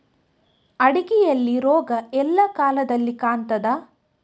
ಅಡಿಕೆಯಲ್ಲಿ ರೋಗ ಎಲ್ಲಾ ಕಾಲದಲ್ಲಿ ಕಾಣ್ತದ?